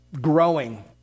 growing